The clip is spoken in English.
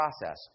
process